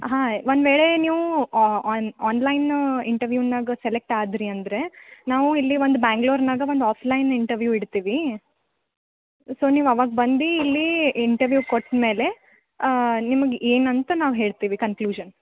ಹಾಂ ಒಂದು ವೇಳೆ ನೀವು ಆನ್ ಆನ್ಲೈನು ಇಂಟರ್ವ್ಯೂನಾಗೆ ಸೆಲೆಕ್ಟ್ ಆದಿರಿ ಅಂದ್ರೆ ನಾವು ಇಲ್ಲಿ ಒಂದು ಬ್ಯಾಂಗ್ಳೂರ್ನಾಗೆ ಒಂದು ಆಫ್ಲೈನ್ ಇಂಟರ್ವ್ಯೂ ಇಡ್ತೀವಿ ಸೊ ನೀವು ಅವಾಗ ಬಂದು ಇಲ್ಲಿ ಇಂಟರ್ವ್ಯೂ ಕೊಟ್ಟಮೇಲೆ ನಿಮಗೆ ಏನಂತ ನಾವು ಹೇಳ್ತೀವಿ ಕನ್ಕ್ಲ್ಯೂಷನ್